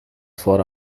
for